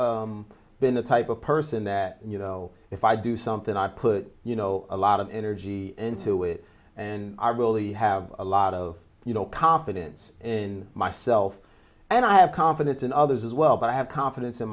been the type of person that you know if i do something i put you know a lot of energy into it and i really have a lot of you know confidence in myself and i have confidence in others as well but i have confidence in